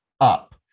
up